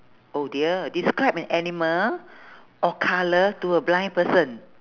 oh dear describe an animal or colour to a blind person